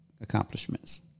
accomplishments